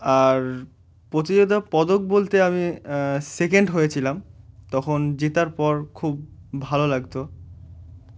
আর প্রতিযোগিতা পদক বলতে আমি সেকেন্ড হয়েছিলাম তখন জতার পর খুব ভালো লাগতো